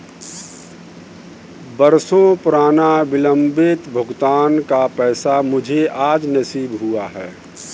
बरसों पुराना विलंबित भुगतान का पैसा मुझे आज नसीब हुआ है